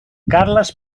carles